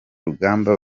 rugamba